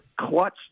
clutch